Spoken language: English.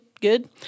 Good